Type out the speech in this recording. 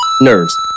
nerves